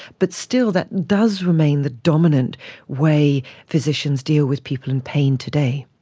but still that does remain the dominant way physicians deal with people in pain today.